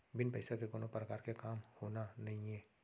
बिन पइसा के कोनो परकार के काम होना नइये